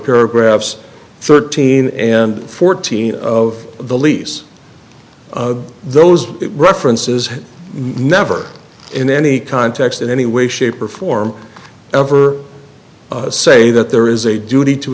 paragraphs thirteen and fourteen of the lease those references have never in any context in any way shape or form ever say that there is a duty to